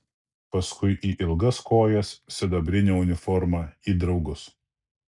paskui į ilgas kojas sidabrinę uniformą į draugus